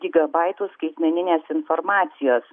gigabaitų skaitmeninės informacijos